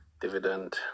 dividend